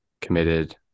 committed